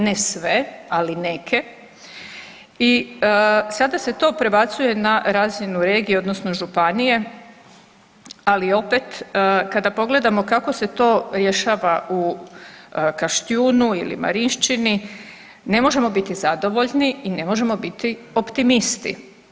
Ne sve, ali neke i sada se to prebacuje na razinu regije odnosno županije, ali opet, kada pogledamo kako se to rješava u Kaštijunu ili Marišćini, ne možemo biti zadovoljni i ne možemo biti optimisti.